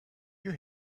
you